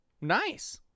Nice